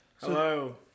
Hello